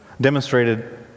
demonstrated